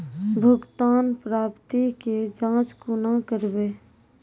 भुगतान प्राप्ति के जाँच कूना करवै?